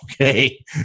okay